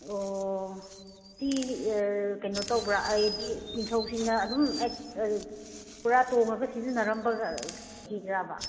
ꯑꯣ ꯁꯤ ꯀꯩꯅꯣ ꯇꯧꯕ꯭ꯔꯥ ꯑꯩꯗꯤ ꯅꯤꯡꯊꯧꯁꯤꯡꯅ ꯑꯗꯨꯝ ꯄꯨꯔꯥ ꯇꯣꯡꯉꯒ ꯁꯤꯖꯤꯟꯅꯕ꯭ꯔꯝꯕꯒ ꯍꯤꯔꯥꯕ